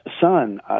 son